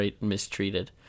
mistreated